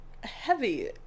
heavy